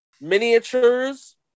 miniatures